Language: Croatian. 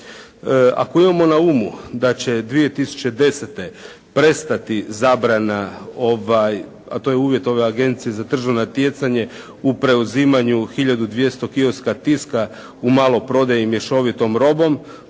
Ako imamo na umu da će 2010. prestati zabrana, to je uvijek ove agencije za tržno natjecanje u preuzimanju 1200 kioska "Tiska" u maloprodaju mješovitom robom,